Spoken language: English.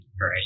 right